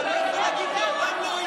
אתה לא יכול להגיד "מעולם לא היה"